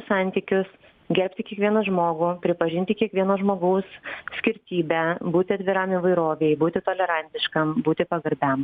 santykius gerbti kiekvieną žmogų pripažinti kiekvieno žmogaus skirtybę būti atviram įvairovei būti tolerantiškam būti pagarbiam